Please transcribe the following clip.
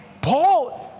Paul